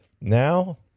Now